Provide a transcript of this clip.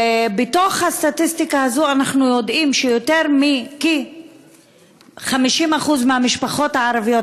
ובתוך הסטטיסטיקה הזו אנחנו יודעים שיותר מ-50% מהמשפחות הערביות